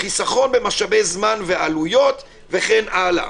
חיסכון במשאבי זמן ועלויות וכן הלאה.